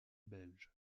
belge